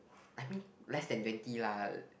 I mean less than twenty lah